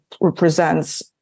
represents